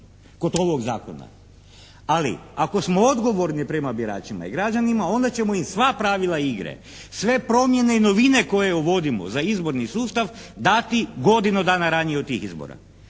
kod ovog zakona. Ali ako smo odgovorni prema biračima i građanima onda ćemo im sva pravila igre, sve promjene i novine koje uvodimo za izborni sustav dati godinu dana ranije od tih izbora.